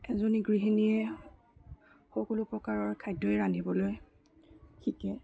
এজনী গৃহিণীয়ে সকলো প্ৰকাৰৰ খাদ্যই ৰান্ধিবলৈ শিকে